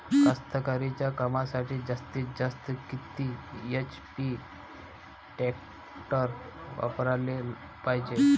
कास्तकारीच्या कामासाठी जास्तीत जास्त किती एच.पी टॅक्टर वापराले पायजे?